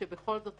שבכל זאת,